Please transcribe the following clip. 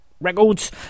Records